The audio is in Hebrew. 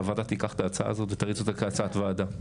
שהוועדה תיקח את ההצעה הזאת ותריץ אותה כהצעת ועדה.